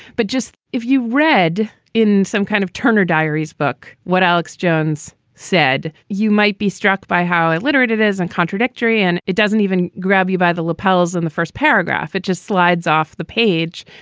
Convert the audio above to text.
but just if you've read in some kind of turner diaries book what alex jones said, you might be struck by how illiterate it is and contradictory and it doesn't even grab you by the lapels in the first paragraph. it just slides off the page.